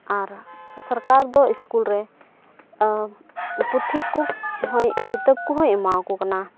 ᱟᱨ ᱥᱚᱨᱠᱟᱨ ᱫᱚ ᱥᱠᱩᱞ ᱨᱮ ᱯᱩᱛᱷᱤ ᱠᱚᱦᱚᱸ ᱠᱤᱛᱟᱹᱵ ᱠᱚᱦᱚᱸᱭ ᱮᱢᱟᱣᱟᱠᱚ ᱠᱟᱱᱟ